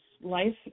life